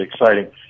exciting